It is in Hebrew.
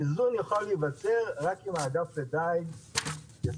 איזון יוכל להיווצר רק אם אגף הדיג ישים